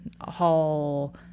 whole